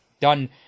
done